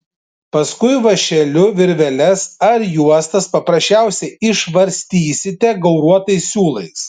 paskui vąšeliu virveles ar juostas paprasčiausiai išvarstysite gauruotais siūlais